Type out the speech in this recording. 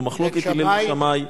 זו מחלוקת, הלל ושמאי.